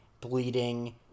bleeding